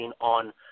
on